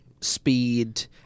speed